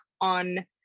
on